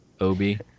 obi